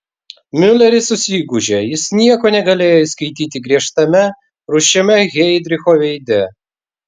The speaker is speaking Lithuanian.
miuleris susigūžė jis nieko negalėjo įskaityti griežtame rūsčiame heidricho veide